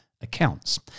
accounts